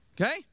okay